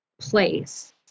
place